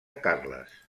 carles